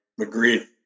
Agreed